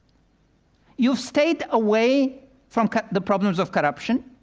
you've stayed away from the problems of corruption.